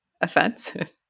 offensive